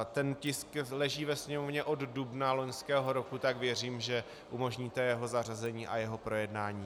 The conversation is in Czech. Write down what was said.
Tento tisk leží ve Sněmovně od dubna loňského roku, tak věřím, že umožníte jeho zařazení a jeho projednání.